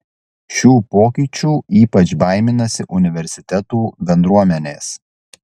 šių pokyčių ypač baiminasi universitetų bendruomenės